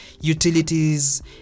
utilities